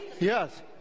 Yes